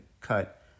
cut